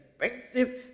expensive